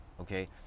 Okay